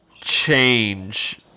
change